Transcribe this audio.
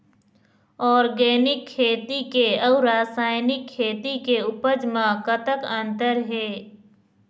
Organic खेती के अउ रासायनिक खेती के उपज म कतक अंतर हे?